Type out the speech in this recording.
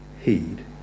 heed